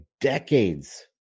decades